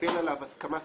ולקבל עליו הסכמה ספציפית,